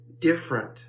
different